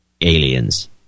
Aliens